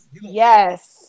Yes